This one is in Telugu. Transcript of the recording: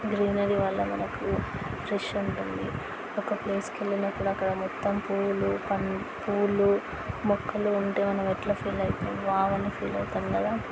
గ్రీనరీ వల్ల మనకు ఫ్రెష్ ఉంటుంది ఒక ప్లేస్కి వెళ్ళినప్పుడు అక్కడ మొత్తం పూలు పూలు మొక్కలు ఉంటే మనం ఎట్లా ఫీల్ అవుతాం వావ్ అని ఫీల్ అవుతాం కదా